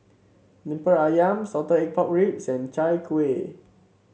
lemper ayam Salted Egg Pork Ribs and Chai Kueh